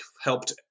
helped